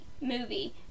movie